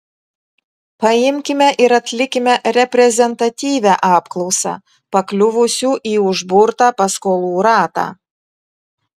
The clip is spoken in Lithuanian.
paimkime ir atlikime reprezentatyvią apklausą pakliuvusių į užburtą paskolų ratą